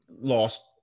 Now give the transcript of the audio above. Lost